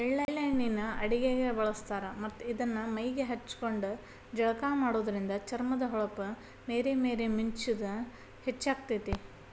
ಎಳ್ಳ ಎಣ್ಣಿನ ಅಡಗಿಗೆ ಬಳಸ್ತಾರ ಮತ್ತ್ ಇದನ್ನ ಮೈಗೆ ಹಚ್ಕೊಂಡು ಜಳಕ ಮಾಡೋದ್ರಿಂದ ಚರ್ಮದ ಹೊಳಪ ಮೇರಿ ಮೇರಿ ಮಿಂಚುದ ಹೆಚ್ಚಾಗ್ತೇತಿ